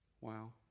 Wow